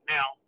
Now